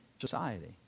society